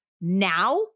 Now